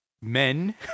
Men